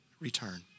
return